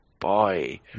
boy